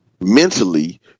mentally